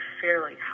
fairly